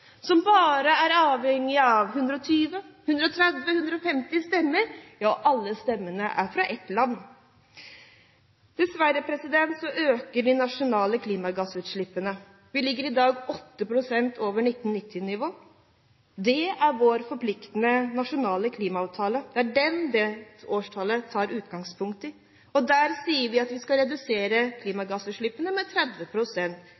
som bare er avhengig av 120–130–150 stemmer – alle fra ett land. Dessverre øker de nasjonale klimagassutslippene. Vi ligger i dag 8 pst. over 1990-nivå. Det er det årstallet vår forpliktende nasjonale klimaavtale tar utgangspunkt i, og der sier vi at vi skal redusere